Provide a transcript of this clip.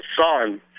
son